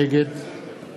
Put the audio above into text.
נגד יעקב מרגי, נגד